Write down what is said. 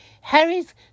Harry's